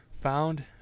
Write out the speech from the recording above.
found